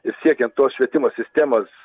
ir siekiant tos švietimo sistemos